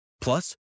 Plus